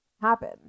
happen